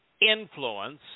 influence